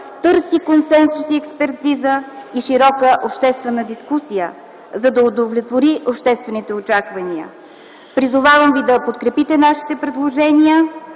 търси консенсус, експертиза и широка обществена дискусия, за да удовлетвори обществените очаквания. Призовавам ви да подкрепите нашите предложения,